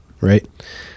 right